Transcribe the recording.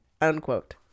unquote